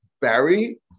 Barry